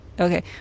Okay